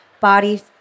Body